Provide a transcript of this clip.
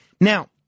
Now